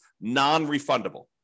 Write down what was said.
non-refundable